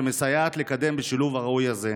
שמסייעת לקדם בשילוב הראוי הזה.